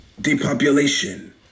depopulation